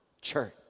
church